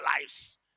lives